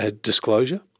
disclosure